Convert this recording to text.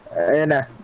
and